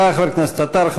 תודה, חבר הכנסת עטר.